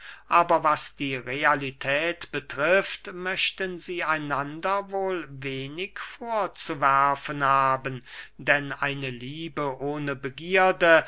aber was die realität betrifft möchten sie einander wohl wenig vorzuwerfen haben denn eine liebe ohne begierde